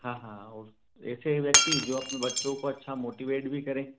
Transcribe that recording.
हाँ हाँ और ऐसे ही व्यक्ति जो अपने बच्चों पर अच्छा मोटीवेट भी करें